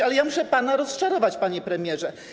Ale muszę pana rozczarować, panie premierze.